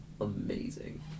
amazing